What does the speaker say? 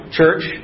church